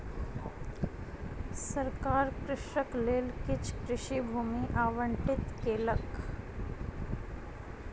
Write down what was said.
सरकार कृषकक लेल किछ कृषि भूमि आवंटित केलक